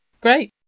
Great